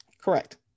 Correct